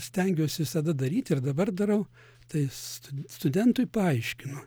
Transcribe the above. stengiuos visada daryti ir dabar darau tai s st studentui paaiškinu